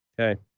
Okay